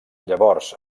llavors